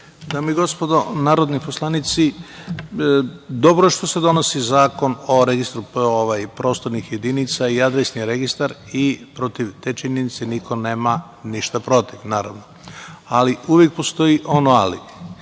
Dame i gospodo narodni poslanici, dobro je što se donosi Zakon prostornih jedinica i Adresni registar i protiv te činjenice niko nema ništa protiv, naravno, ali uvek postoji ono -